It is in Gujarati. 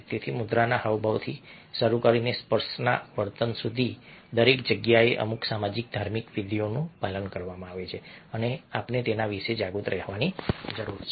તેથી મુદ્રાના હાવભાવથી શરૂ કરીને સ્પર્શના વર્તન સુધી અહીં દરેક જગ્યાએ જ્યાં અમુક સામાજિક ધાર્મિક વિધિઓનું પાલન કરવામાં આવે છે અને આપણે તેના વિશે જાગૃત રહેવાની જરૂર છે